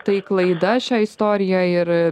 tai klaida šią istoriją ir